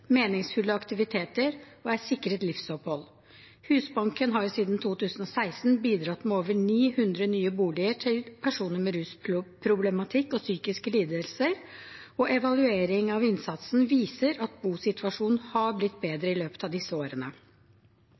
meningsfulle aktiviteter og er sikret livsopphold. Husbanken har siden 2016 bidratt med over 900 nye boliger til personer med rusproblematikk og psykiske lidelser, og evaluering av innsatsen viser at bosituasjonen har blitt bedre i løpet av disse årene.